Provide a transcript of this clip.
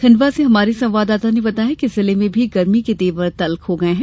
खंडवा से हमारे संवाददाता ने बताया है कि जिले में भी गर्मी के तेवर तल्ख हो गये हैं